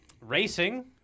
Racing